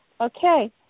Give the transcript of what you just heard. Okay